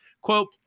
Quote